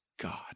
God